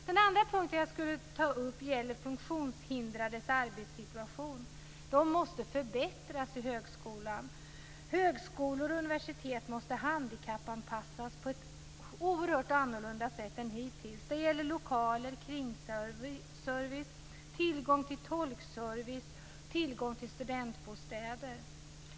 Den andra punkten jag skulle ta upp gäller funktionshindrades arbetssituation. Denna måste förbättras i högskolan. Högskolor och universitet måste handikappanpassas på ett oerhört annorlunda sätt än hittills. Det gäller lokaler, kringservice, tillgång till tolkservice och tillgång till studentbostäder.